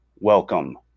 Welcome